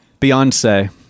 Beyonce